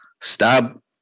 Stop